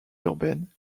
urbaines